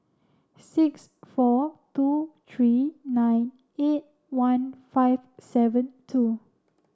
six four two three nine eight one five seven two